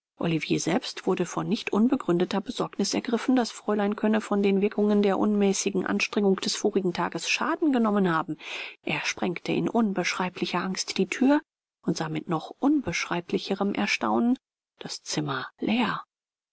olivier selbst wurde von nicht unbegründeter besorgnis ergriffen das fräulein könne von den wirkungen der unmäßigen anstrengung des vorigen tages schaden genommen haben er sprengte in unbeschreiblicher angst die thür und sah mit noch unbeschreiblicherem erstaunen das zimmer leer